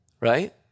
Right